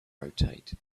rotate